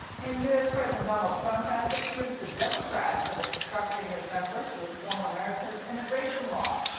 and u s. president donald trump has accused the democrats of obstructing his efforts to reform america's immigration law.